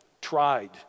tried